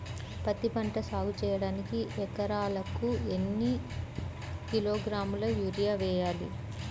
పత్తిపంట సాగు చేయడానికి ఎకరాలకు ఎన్ని కిలోగ్రాముల యూరియా వేయాలి?